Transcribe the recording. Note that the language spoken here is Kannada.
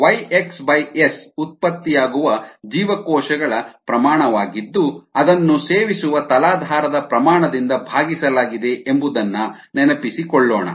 ri ro rc0 YxS ಉತ್ಪತ್ತಿಯಾಗುವ ಜೀವಕೋಶಗಳ ಪ್ರಮಾಣವಾಗಿದ್ದು ಅದನ್ನು ಸೇವಿಸುವ ತಲಾಧಾರದ ಪ್ರಮಾಣದಿಂದ ಭಾಗಿಸಲಾಗಿದೆ ಎಂಬುದನ್ನ ನೆನಪಿಸಿಕೊಳ್ಳೋಣ